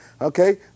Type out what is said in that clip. Okay